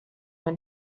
been